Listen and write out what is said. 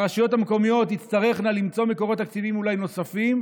הרשויות המקומיות אולי תצטרכנה למצוא מקורות תקציביים נוספים,